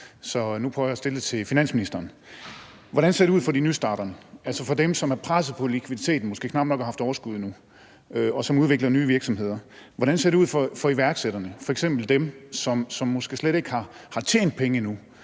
så nu prøver jeg at stille det til finansministeren. Hvordan ser det ud for nystarterne – altså dem, som er presset på likviditeten og måske knap har haft overskud endnu, og som udvikler nye virksomheder? Hvordan ser det ud for iværksætterne – f.eks. dem, som måske slet ikke har tjent penge endnu,